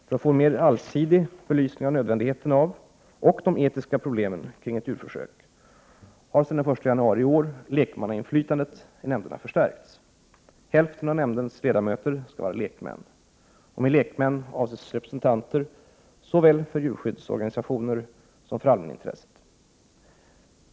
För att få en mera allsidig belysning av nödvändigheten av och de etiska problemen kring ett djurförsök har sedan den 1 januari i år lekmannainflytandet i nämnderna förstärkts. Hälften av nämndens ledamöter skall vara lekmän. Med lekmän avses representanter såväl för djurskyddsorganisationer som för allmänintresset.